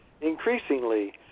Increasingly